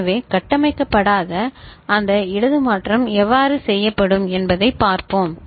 எனவே கட்டமைக்கப்படாத அந்த இடது மாற்றம் எவ்வாறு சரி செய்யப்படும் என்பதைப் பார்ப்போம்